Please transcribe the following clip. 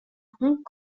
hong